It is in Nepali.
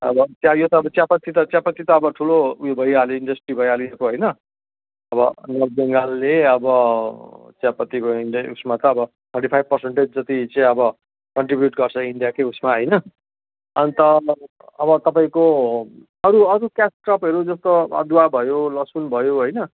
अब चिया यो त अब चियापत्ती त चियापत्ती त अब ठुलो उयो भइहाल्यो इन्डस्ट्री भइहाल्यो यहाँको होइन अब नर्थ बेङ्गालले अब चियापत्तीको इन्ड उएसमा त अब थर्टी फाइभ पर्सन्टेज जति चाहिँ अब कन्ट्रिब्युट गर्छ इण्डियाकै उएसमा होइन अन्त अब तपईँको अरू अरू क्यास क्रपहरू जस्तो अदुवा भयो लसुन भयो होइन